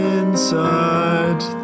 inside